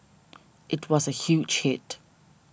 it was a huge hit